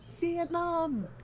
Vietnam